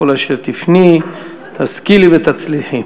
בכל אשר תפני תשכילי ותצליחי.